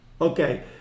okay